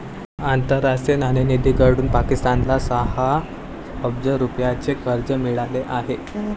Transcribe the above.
आंतरराष्ट्रीय नाणेनिधीकडून पाकिस्तानला सहा अब्ज रुपयांचे कर्ज मिळाले आहे